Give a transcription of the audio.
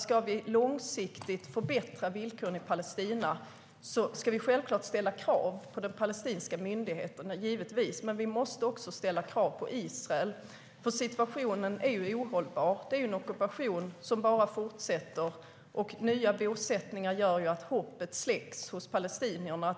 Ska vi långsiktigt förbättra villkoren i Palestina måste vi självklart ställa krav på palestinska myndigheten, men vi måste också ställa krav på Israel. Situationen är ohållbar. Det är en ockupation som bara fortsätter. Nya bosättningar gör att hoppet hos palestinierna släcks.